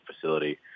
facility